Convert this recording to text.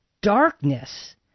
darkness